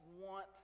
want